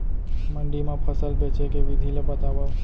मंडी मा फसल बेचे के विधि ला बतावव?